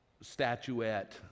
statuette